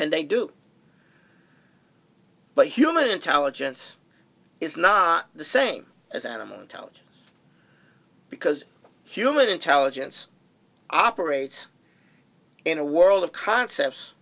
and they do but human intelligence is not the same as animal intelligence because human intelligence operates in a world of concepts